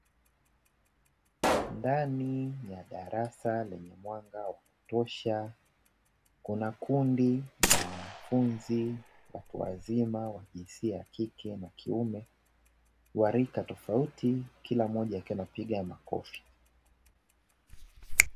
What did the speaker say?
Ndani ya darasa lenye mwanga wa kutosha, kuna kundi la wanafunzi watu wazima wa jinsia ya kike na kiume, wa rika tofauti kila mmoja akiwa anapiga makofi.